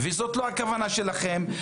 וזאת לא הכוונה שלכם,